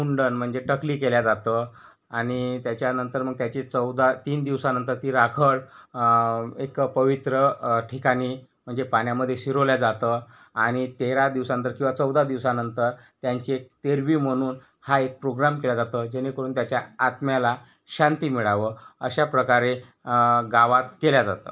मुंडन म्हणजे टकली केलं जातं आणि त्याच्यानंतर मग त्याची चौदा तीन दिवसानंतर ती राखड एका पवित्र ठिकाणी म्हंजे पाण्यामध्ये शिरवल्या जातं आणि तेरा दिवसांतर किंवा चौदा दिवसानंतर त्यांचे तेरवी म्हणून हा एक प्रोग्राम केला जातं जेणेकरून त्याच्या आत्म्याला शांती मिळावं अशाप्रकारे गावात केलं जातं